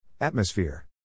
Atmosphere